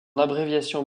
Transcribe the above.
abréviation